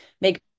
make